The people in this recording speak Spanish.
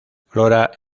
flora